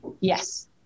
Yes